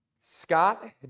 Scott